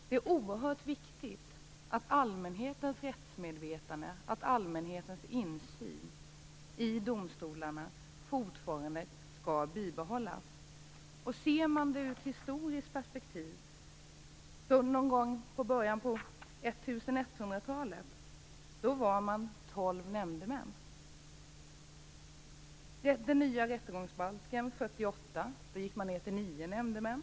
Det är oerhört viktigt att allmänhetens rättsmedvetande och allmänhetens insyn när det gäller domstolarna skall bibehållas. Ser man det i ett historiskt perspektiv, brukade man en gång i början av 1100-talet vara tolv nämndemän. Efter den nya rättegångsbalken 1948 gick man ned till nio nämndemän.